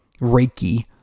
Reiki